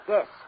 Yes